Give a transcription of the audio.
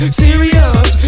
serious